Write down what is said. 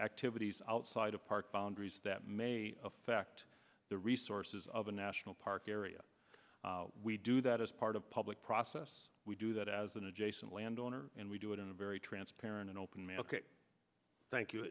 activities outside of park boundaries that may affect the resources of the national park area we do that as part of public process we do that as an adjacent landowner and we do it in a very transparent and open mail ok thank you